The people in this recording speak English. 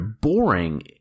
boring